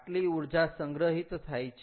આટલી ઊર્જા સંગ્રહિત થાય છે